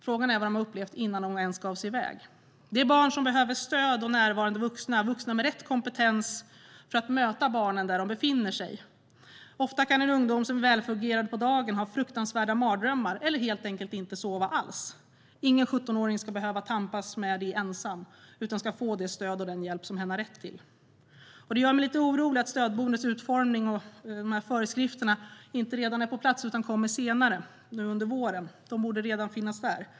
Frågan är vad de har upplevt innan de ens gav sig iväg. Det är barn som behöver stöd och närvarande vuxna - vuxna med rätt kompetens för att möta barnen där de befinner sig. Ofta kan en ungdom som är välfungerande på dagen ha fruktansvärda mardrömmar eller helt enkelt inte sova alls. Ingen 17-åring ska behöva tampas med det ensam utan ska få det stöd och den hjälp som hen har rätt till. Det gör mig lite orolig att stödboendets utformning och föreskrifterna inte redan är på plats utan kommer senare, under våren. De borde redan finnas där.